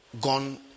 gone